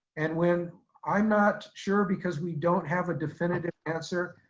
and when i'm not sure because we don't have a definitive answer,